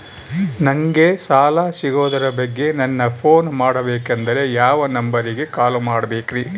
ನಂಗೆ ಸಾಲ ಸಿಗೋದರ ಬಗ್ಗೆ ನನ್ನ ಪೋನ್ ಮಾಡಬೇಕಂದರೆ ಯಾವ ನಂಬರಿಗೆ ಕಾಲ್ ಮಾಡಬೇಕ್ರಿ?